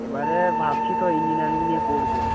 এবারে ভাবছি তো ইঞ্জিনিয়ারিং নিয়ে পড়ব